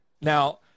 Now